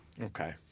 Okay